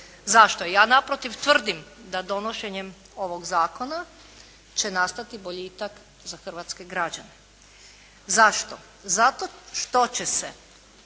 Zašto? Ja naprotiv tvrdim da donošenjem ovog Zakona će nastati boljitak za hrvatske građane. Zašto? Zato što će se